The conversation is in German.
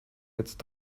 jetzt